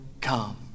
come